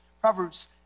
Proverbs